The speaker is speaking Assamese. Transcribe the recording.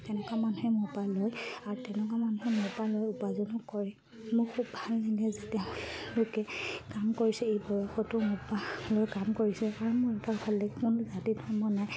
তেনেকুৱা মানুহে মোৰ পৰা লয় আৰু তেনেকুৱা মানুহে মোৰ পৰা লৈ উপাৰ্জনো কৰে মোৰ খুব ভাল লাগে যে তেওঁলোকে কাম কৰিছে এই বয়সতো মোৰ পৰা লৈ কাম কৰিছে কাৰণ মোৰ এটা ভাল লাগে কোনো জাতি ধৰ্ম নাই